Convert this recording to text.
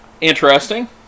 Interesting